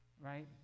Right